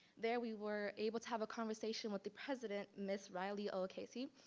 there, we were able to have a conversation with the president, miss riley l casey.